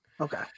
Okay